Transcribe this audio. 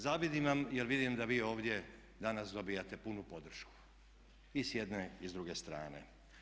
Zavidim vam jer vidim da vi ovdje danas dobijate punu podršku i s jedne i s druge strane.